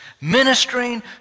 ministering